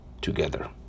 together